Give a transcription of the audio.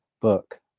book